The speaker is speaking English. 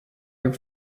your